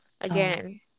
again